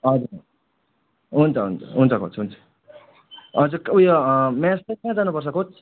हजुर हुन्छ हुन्छ हुन्छ कोच हुन्छ हजुर उयो म्याच चाहिँ कहाँ जानु पर्छ कोच